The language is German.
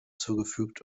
zugefügt